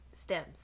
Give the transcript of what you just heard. stems